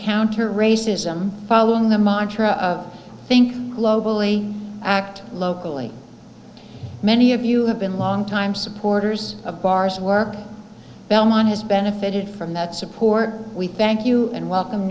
counter racism following the march for a think globally act locally many of you have been longtime supporters of bars work belmont has benefited from that support we thank you and welcome